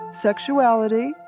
sexuality